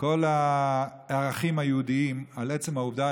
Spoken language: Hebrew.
כל הערכים היהודיים על עצם העובדה,